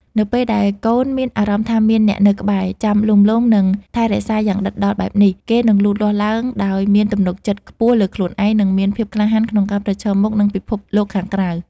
នៅពេលដែលកូនមានអារម្មណ៍ថាមានអ្នកនៅក្បែរ ចាំលួងលោម និងថែរក្សាយ៉ាងដិតដល់បែបនេះ គេនឹងលូតលាស់ឡើងដោយមានទំនុកចិត្តខ្ពស់លើខ្លួនឯង និងមានភាពក្លាហានក្នុងការប្រឈមមុខនឹងពិភពលោកខាងក្រៅ។